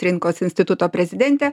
rinkos instituto prezidentė